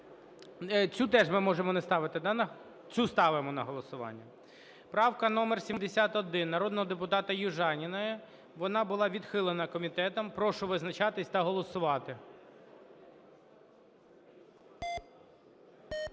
не ставити, да, на… Цю ставимо на голосування. Правка номер 71 народного депутата Южаніної. Вона була відхилена комітетом. Прошу визначатись та голосувати.